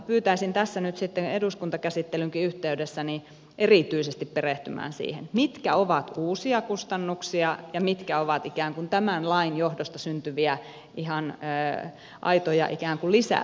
pyytäisin tässä nyt sitten eduskuntakäsittelynkin yhteydessä erityisesti perehtymään siihen mitkä ovat uusia kustannuksia ja mitkä ovat ikään kuin tämän lain johdosta syntyviä ihan aitoja lisäyksiä